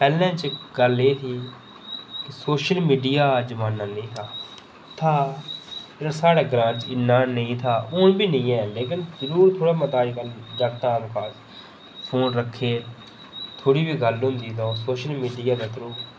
पैह्लें च गल्ल एह् ही सोशल मीडिया दा जमाना निं था साढ़े ग्रांऽ च इन्ना नेईं था हून बी निं ऐ इन्ना लेकिन जरूर थोह्ड़ा मता अज्जकल जगतें फोन रक्खे दे थोह्ड़ी बी गल्ल होंदी ते ओह् सोशल मीडिया दे थ्रू